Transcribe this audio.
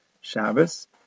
Shabbos